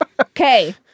Okay